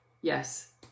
yes